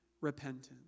repentance